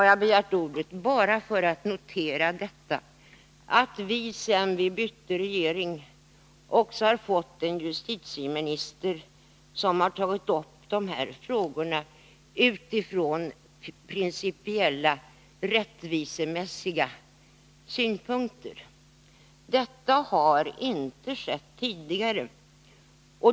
Jag vill nu notera att vi i den nya regeringen har fått en justitieminister som har tagit upp dessa frågor utifrån principiella, rättvisemässiga synpunkter. Detta har inte skett tidigare.